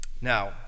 Now